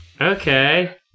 Okay